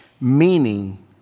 meaning